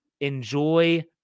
enjoy